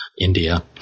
India